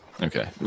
Okay